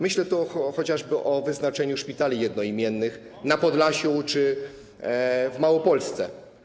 Myślę tu chociażby o wyznaczeniu szpitali jednoimiennych na Podlasiu czy w Małopolsce.